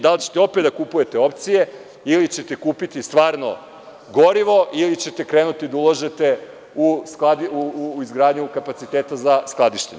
Da li ćete opet da kupujete opcije ili ćete kupiti stvarno gorivo, ili ćete krenuti da ulažete u izgradnju kapaciteta za skladištenje?